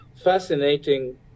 fascinating